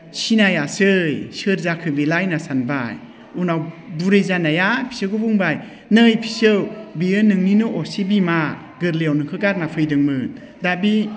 सिनायासै सोर जाखो बेलाय होनना सानबाय उनाव बुरै जानाया फिसौखौ बुंबाय नै फिसौ बियो नोंनिनो असे बिमा गोरलैयाव नोंखौ गारना फैदोंमोन दा बि